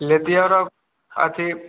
लेतिय र अथी